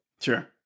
Sure